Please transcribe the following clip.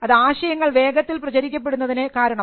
അത് ആശയങ്ങൾ വേഗത്തിൽ പ്രചരിക്കപ്പെടുന്നതിന് കാരണമായി